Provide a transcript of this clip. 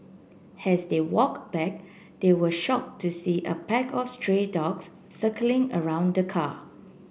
as they walk back they were shock to see a pack of stray dogs circling around the car